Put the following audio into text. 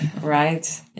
right